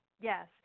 yes